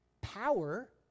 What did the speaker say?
power